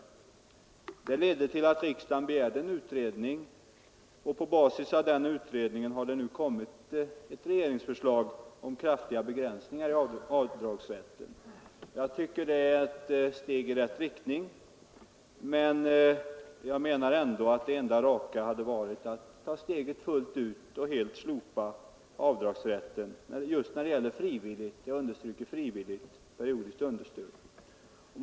Motionen ledde till att riksdagen begärde en utredning, och på basis av den utredningen har vi nu fått ett regeringsförslag om kraftiga begränsningar i avdragsrätten. Jag tycker det är ett steg i rätt riktning, men jag menar ändå att det enda raka hade varit att ta steget fullt ut och helt slopa avdragsrätten just när det gäller frivilligt periodiskt understöd.